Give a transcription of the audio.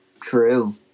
true